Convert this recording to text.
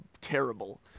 terrible